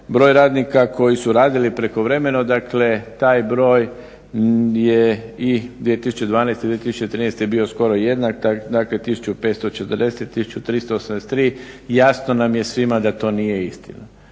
broj radnika koji su radili prekovremeno, dakle taj broj je i 2012. i 2013. bio skoro jednak dakle 1540, 1383 i jasno nam je svima da to nije istina.